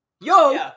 yo